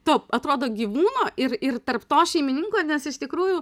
to atrodo gyvūno ir ir tarp to šeimininko nes iš tikrųjų